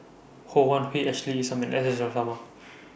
Ho Wan Hui Ashley Isham and S S Sarma